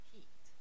Heat